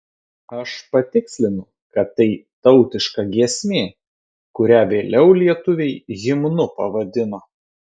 aš patikslinu kad tai tautiška giesmė kurią vėliau lietuviai himnu pavadino